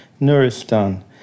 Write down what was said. Nuristan